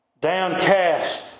downcast